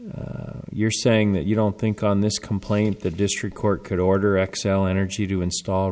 you're saying that you don't think on this complaint the district court could order xcel energy to install